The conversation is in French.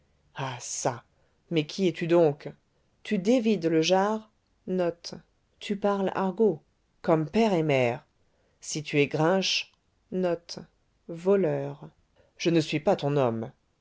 ah çà mais qui es-tu donc tu dévides le jars comme père et mère si tu es grinche je ne suis pas ton homme